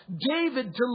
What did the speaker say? David